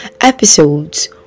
episodes